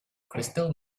crystal